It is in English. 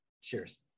Cheers